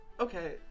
Okay